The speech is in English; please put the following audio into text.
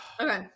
okay